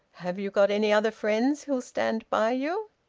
have you got any other friends who'll stand by you?